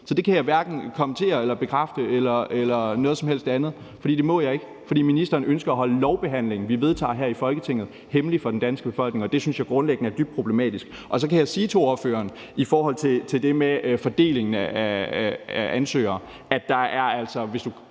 Så det kan jeg hverken kommentere eller bekræfte eller noget som helst andet. For det må jeg ikke. For ministeren ønsker at holde behandlingen af lovforslag, vi vedtager her i Folketinget, hemmelig for den danske befolkning, og det synes jeg grundlæggende er dybt problematisk. Så kan jeg sige til ordføreren i forhold til det med fordelingen af ansøgere, at hvis du